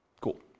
Cool